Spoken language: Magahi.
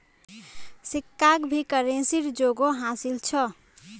सिक्काक भी करेंसीर जोगोह हासिल छ